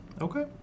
Okay